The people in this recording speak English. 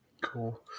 Cool